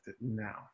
now